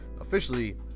officially